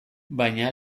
baina